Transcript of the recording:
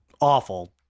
awful